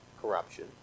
Corruption